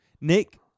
nick